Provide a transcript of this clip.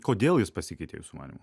kodėl jis pasikeitė jūsų manymu